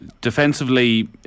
Defensively